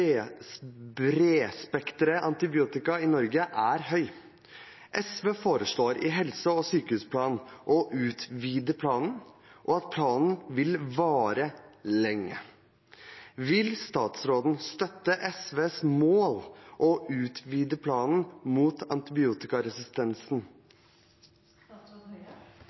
bredspektret antibiotika i Norge er høy. SV foreslår i helse- og sykehusplanen å utvide planen og at planen vil vare lenger. Vil statsråden støtte SVs mål og utvide planen mot